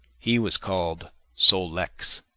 he was called sol-leks,